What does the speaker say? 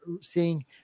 seeing